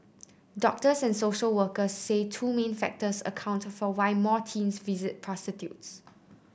doctors and social workers say two main factors account for why more teens visit prostitutes